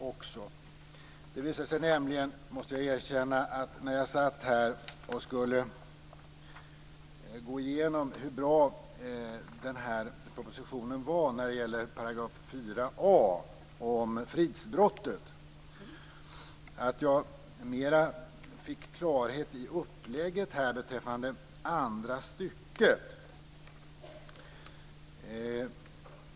När jag gick igenom propositionen för att se hur bra den var när det gäller § 4 a om fridsbrottet fick jag mer klarhet i upplägget beträffande andra stycket.